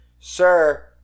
Sir